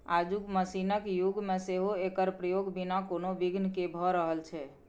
आजुक मशीनक युग मे सेहो एकर प्रयोग बिना कोनो बिघ्न केँ भ रहल छै